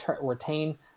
retain